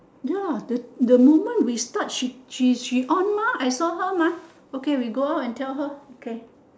ya the the moment she start she she on mah I saw her mah okay we go out and tell her okay